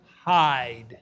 hide